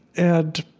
and